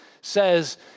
says